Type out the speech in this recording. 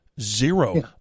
Zero